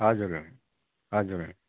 हजुर हजुर